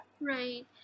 Right